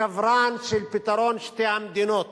הקברן של פתרון שתי המדינות